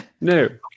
No